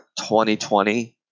2020